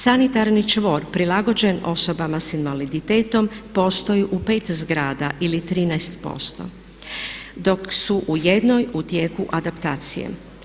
Sanitarni čvor prilagođen osobama s invaliditetom postoji u 5 zgrada ili 13% dok su u jednoj u tijeku adaptacije.